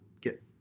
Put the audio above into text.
get